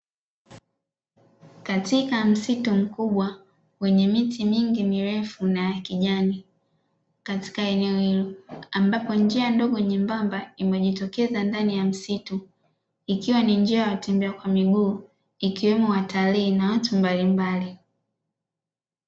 Katika msitu mkubwa wenye miti mingi mirefu na ya kijani katika eneo hilo, ambapo njia ndogo nyembamba imejitokeza ndani ya msitu, ikiwa ni njia ya watembea kwa miguu ikiwemo watalii na watu mbalimbali.